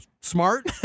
smart